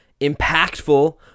impactful